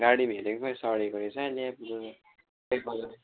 गाडीमा हेरेको खै सढेको रहेछ